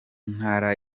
ntara